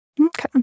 Okay